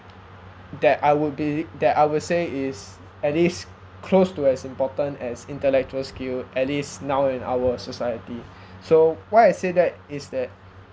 that I would be that I will say is at least close to as important as intellectual skill at least now in our society so why I said that is that